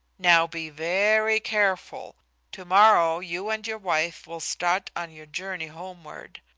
now be very careful to-morrow you and your wife will start on your journey homeward.